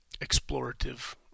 explorative